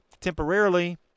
temporarily